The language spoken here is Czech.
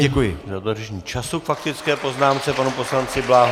Děkuji za dodržení času k faktické poznámce panu poslanci Bláhovi.